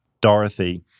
Dorothy